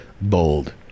bold